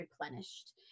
replenished